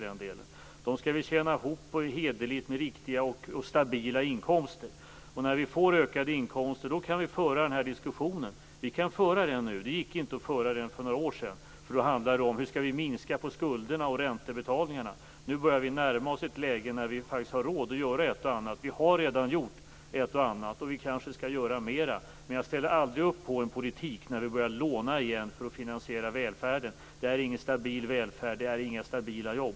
De pengarna skall vi tjäna ihop hederligt med riktiga och stabila inkomster. När vi får ökade inkomster kan vi föra den här diskussionen. Nu kan vi göra det, men för några år sedan gick det inte. Då handlade det om hur vi skulle minska skulderna och räntebetalningarna. Nu börjar vi närma oss ett läge när vi har råd att göra ett och annat. Vi har redan gjort ett och annat, och vi kanske skall göra mera. Men jag ställer aldrig upp på en politik då vi börjar låna igen för att finansiera välfärden. Det är inte stabil välfärd och ger inga stabila jobb.